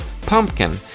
Pumpkin